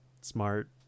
Smart